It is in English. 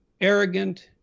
arrogant